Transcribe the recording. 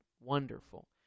wonderful